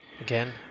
again